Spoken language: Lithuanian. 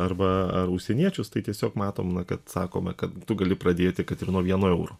arba ar užsieniečius tai tiesiog matom na kad sakome kad tu gali pradėti kad ir nuo vieno euro